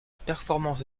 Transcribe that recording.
performance